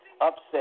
upset